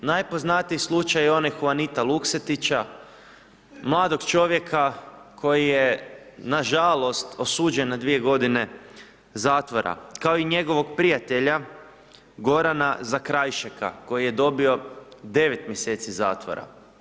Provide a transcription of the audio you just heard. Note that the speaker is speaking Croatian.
Najpoznatiji slučaj je onaj Huanita Luksetića, mladog čovjeka koji je nažalost osuđen na dvije godine zatvora kao i njegovog prijatelja Gorana Zakrajšeka koji je dobio 9 mjeseci zatvora.